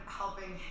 helping